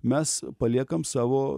mes paliekam savo